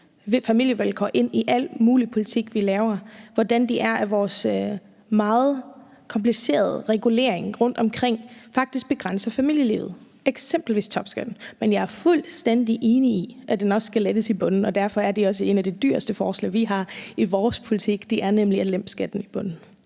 familievilkår ind i al mulig politik, vi laver, og hvordan det er sådan, at vores meget komplicerede regulering rundtomkring faktisk begrænser familielivet, eksempelvis i forhold til topskatten. Men jeg er fuldstændig enig i, at der også skal lettes i bunden, og derfor er det også et af de dyreste forslag, vi har i vores politik, nemlig at lempe skatten i bunden.